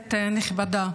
כנסת נכבדה,